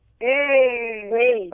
Hey